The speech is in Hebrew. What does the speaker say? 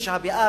תשעה באב,